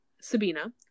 Sabina